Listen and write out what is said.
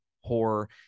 Horror